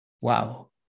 wow